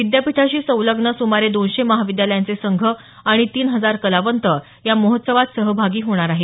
विद्यापीठाशी संलग्न सुमारे दोनशे महाविद्यालयांचे संघ आणि तीन हजार कलावंत या महोत्सवात सहभागी होणार आहेत